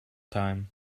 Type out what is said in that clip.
time